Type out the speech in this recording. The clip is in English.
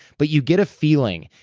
but you get a feeling.